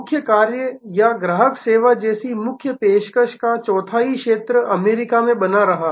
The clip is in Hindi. मुख्य कार्य या ग्राहक सेवा जैसी मुख्य पेशकश का चौथाई क्षेत्र अमेरिका में बना रहा